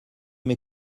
mes